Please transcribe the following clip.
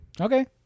Okay